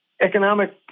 economic